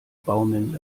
baumeln